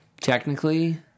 Technically